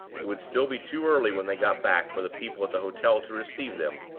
it would still be too early when they got back for the people at the hotel to receive them,